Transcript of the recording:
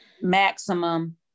maximum